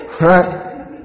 Right